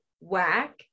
whack